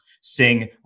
sing